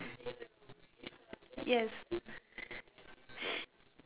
yes